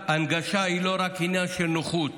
הנגשה היא לא רק עניין של נוחות,